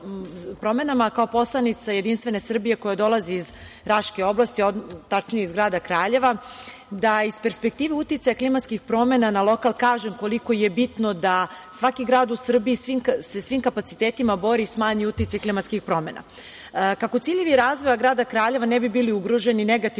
kao poslanica JS koja dolazi iz Raške oblasti, tačnije iz grada Kraljeva, da iz perspektive uticaja klimatskih promena kažem koliko je bitno da svaki grad u Srbiji se svim kapacitetima bori i smanji uticaj klimatskih promena. Kako ciljevi razvoja grada Kraljeva ne bi bili ugroženi negativnim